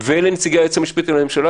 ולנציגי היועץ המשפטי לממשלה,